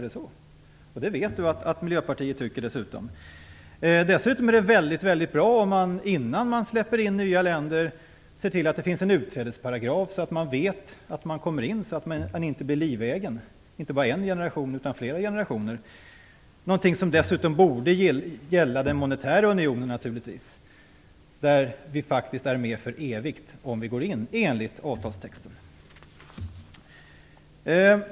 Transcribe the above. Det vet Bo Könberg att Miljöpartiet tycker. Dessutom är det bra om man innan man släpper in nya länder ser till att det finns en utträdesparagraf, så att de vet att de inte blir livegna, inte bara för en generation utan flera. Det borde också gälla den monetära unionen. Där är vi med för evigt, enligt avtalstexten, om vi går in.